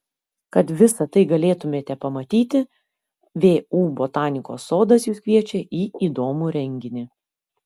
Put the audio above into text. kad visa tai galėtumėte pamatyti vu botanikos sodas jus kviečia į įdomų renginį